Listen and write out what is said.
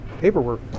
paperwork